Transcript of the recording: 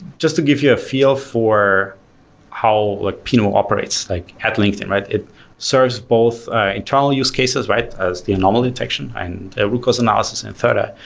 just to give you a feel for how like pinot operates like at linkedin, right? it serves both internal use cases, right, as the anomaly detection and root cause analysis and further,